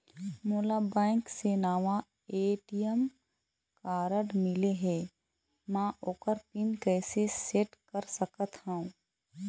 मोला बैंक से नावा ए.टी.एम कारड मिले हे, म ओकर पिन कैसे सेट कर सकत हव?